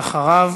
ואחריו